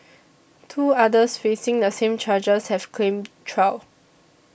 two others facing the same charges have claimed trial